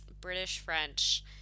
British-French